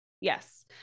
Yes